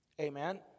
Amen